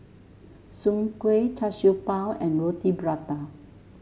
Soon Kueh Char Siew Bao and Roti Prata